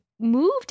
moved